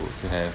would have